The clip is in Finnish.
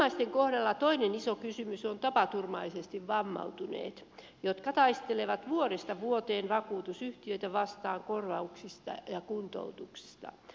vammaisten kohdalla toinen iso kysymys on tapaturmaisesti vammautuneet jotka taistelevat vuodesta vuoteen vakuutusyhtiöitä vastaan korvauksista ja kuntoutuksista